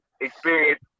experience